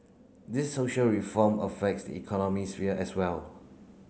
these social reform affects the economy sphere as well